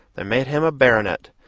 they made him a baronet,